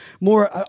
more